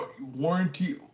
warranty